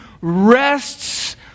rests